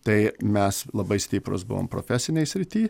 tai mes labai stiprūs buvom profesinėj srity